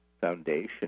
foundation